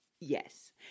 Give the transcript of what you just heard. Yes